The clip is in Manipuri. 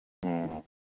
ꯑꯣ